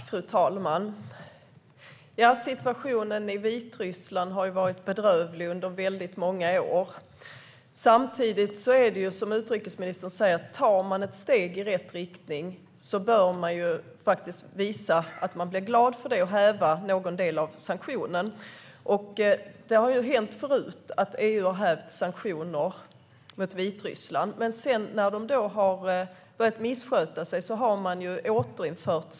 Fru talman! Situationen i Vitryssland har varit bedrövlig under många år. Samtidigt är det, precis som utrikesministern säger, att om landet tar ett steg i rätt riktning bör vi visa att vi blir glada för det och häva någon del av sanktionerna. Det har hänt tidigare att EU hävt sanktioner mot Vitryssland, men när de sedan börjat missköta sig igen har de återinförts.